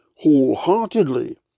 wholeheartedly